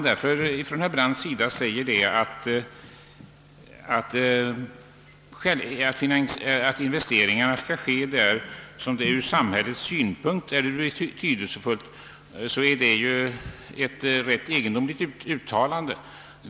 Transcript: Herr Brandt sade att investeringarna skall ske där det ur samhällets synpunkt är betydelsefullt. Det är ett rätt egendomligt uttalande.